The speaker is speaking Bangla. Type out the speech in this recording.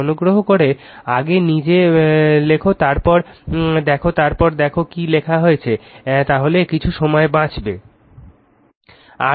তাই অনুগ্রহ করে আগে নিজে লেখ তারপর এই দেখো তারপর দেখো কি লেখা হয়েছে তাহলে কিছু সময় বাঁচবে